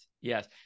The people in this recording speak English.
yes